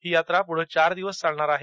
ही यात्रा पुढे चार दिवस चालणार आहे